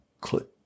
click